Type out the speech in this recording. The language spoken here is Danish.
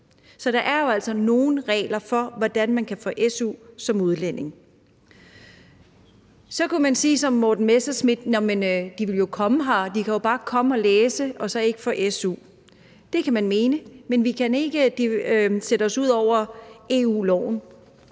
Så der er jo altså nogle regler for, hvordan man kan få su som udlænding. Så kunne man som Morten Messerschmidt sige, at de jo vil komme hertil, og at de jo bare kan komme og læse og så ikke få su. Det kan man mene, men vi kan ikke sætte os ud over EU-loven,